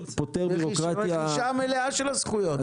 רכישה מלאה של הזכויות,